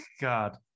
God